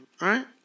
right